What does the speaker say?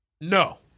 No